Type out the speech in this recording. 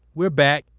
we're back.